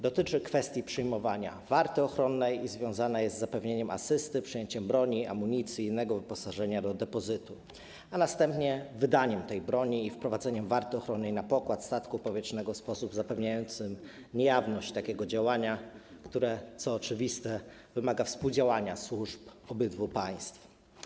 Dotyczy on kwestii przyjmowania warty ochronnej i związanej z zapewnieniem asysty, przejęciem broni, amunicji i innego wyposażenia do depozytu, a następnie z wydaniem tej broni i wprowadzeniem warty ochronnej na pokład statku powietrznego w sposób zapewniający niejawność takiego działania, które, co oczywiste, wymaga współdziałania służb obydwu państw.